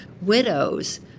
widows